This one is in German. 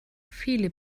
viele